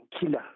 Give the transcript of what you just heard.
killer